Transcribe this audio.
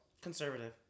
conservative